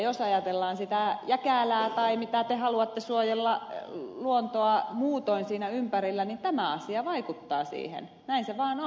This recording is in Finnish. jos ajatellaan sitä jäkälää tai mitä luontoa muutoin te haluatte suojella siinä ympärillä niin tämä asia vaikuttaa siihen näin se vaan on